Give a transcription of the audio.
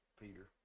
Peter